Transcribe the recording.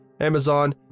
Amazon